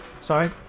Sorry